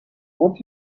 would